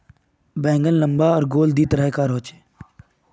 बैंगन लम्बा आर गोल दी तरह कार होचे